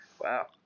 Wow